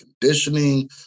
conditioning